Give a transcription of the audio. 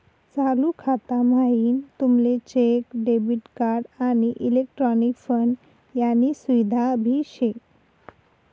चालू खाता म्हाईन तुमले चेक, डेबिट कार्ड, आणि इलेक्ट्रॉनिक फंड यानी सुविधा भी शे